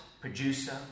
producer